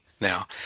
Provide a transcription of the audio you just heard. now